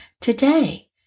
today